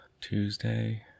Tuesday